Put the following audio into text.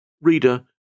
Reader